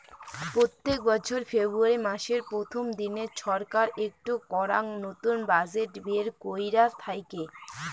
প্রত্যেক বছর ফেব্রুয়ারী মাসের প্রথম দিনে ছরকার একটো করাং নতুন বাজেট বের কইরা থাইকে